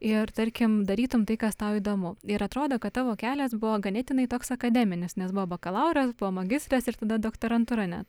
ir tarkim darytum tai kas tau įdomu ir atrodo kad tavo kelias buvo ganėtinai toks akademinis nes buvo bakalauras buvo magistras ir tada doktorantūra net